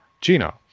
Gina